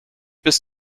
bis